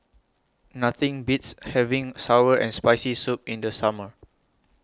Nothing Beats having Sour and Spicy Soup in The Summer